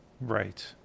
right